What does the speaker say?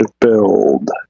build